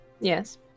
Yes